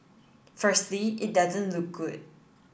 firstly it doesn't look good